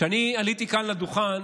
כשעליתי לכאן, לדוכן,